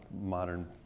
modern